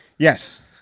Yes